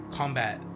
combat